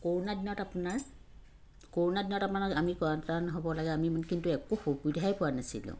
কৰোণাৰ দিনত আপোনাৰ কৰোণাৰ দিনত আপোনাৰ আমি কোৱাৰাইণ্টাইন হ'ব লাগে আমি কিন্তু একো সুবিধাই পোৱা নাছিলোঁ